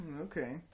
Okay